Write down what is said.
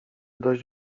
dość